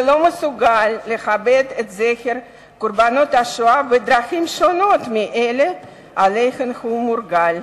שלא מסוגל לכבד את זכר קורבנות השואה בדרכים שונות מאלה שלהן הוא מורגל.